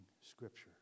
Scripture